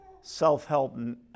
self-help